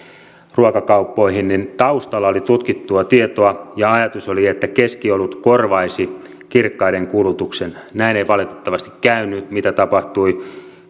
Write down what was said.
ruokakauppoihin taustalla oli tutkittua tietoa ja ajatus oli että keskiolut korvaisi kirkkaiden kulutuksen näin ei valitettavasti käynyt mitä tapahtui